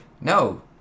no